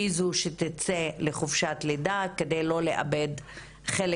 היא זו שתצא לחופשת לידה כדי לא לאבד חלק